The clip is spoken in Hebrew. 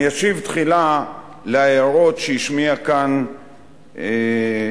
אני אשיב תחילה על הערות שהשמיע כאן נציג